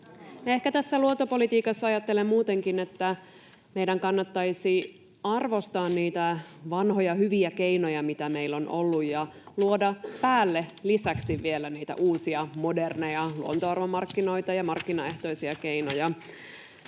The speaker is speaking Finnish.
Ehkä tässä luontopolitiikassa ajattelen muutenkin, että meidän kannattaisi arvostaa niitä vanhoja hyviä keinoja, mitä meillä on ollut, ja luoda päälle lisäksi vielä uusia, moderneja luonnonarvomarkkinoita ja markkinaehtoisia keinoja.